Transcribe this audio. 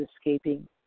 escaping